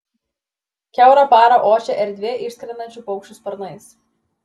kiaurą parą ošia erdvė išskrendančių paukščių sparnais